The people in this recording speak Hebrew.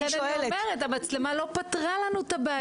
אני אומרת: המצלמה לא פתרה לנו את הבעיה.